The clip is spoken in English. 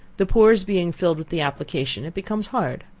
the pores being filled with the application it becomes hard.